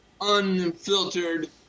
unfiltered